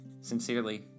Sincerely